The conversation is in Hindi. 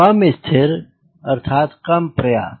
काम स्थिर अर्थात काम प्रयास